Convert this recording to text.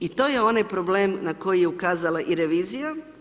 I to je onaj problem na koji je ukazala i revizija.